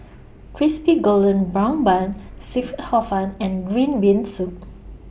Crispy Golden Brown Bun Seafood Hor Fun and Green Bean Soup